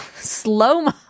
slow-mo